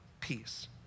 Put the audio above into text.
peace